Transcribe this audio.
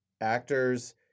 actors